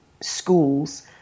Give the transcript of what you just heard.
schools